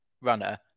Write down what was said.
runner